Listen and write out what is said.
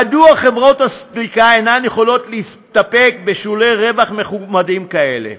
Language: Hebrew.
מדוע חברות הסליקה אינן יכולות להסתפק בשולי רווח מכובדים כאלה,